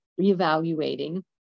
reevaluating